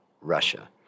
Russia